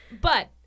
But-